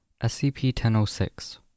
SCP-1006